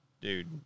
dude